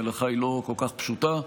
המלאכה היא לא כל כך פשוטה,